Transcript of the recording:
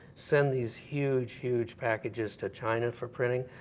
send these huge, huge packages to china for printing.